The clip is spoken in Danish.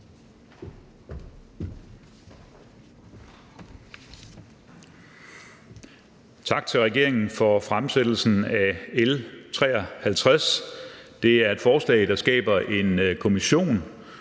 Tak til regeringen for fremsættelsen af L 53. Det er et forslag, der skaber en kommission,